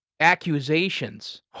Accusations